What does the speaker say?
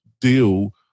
deal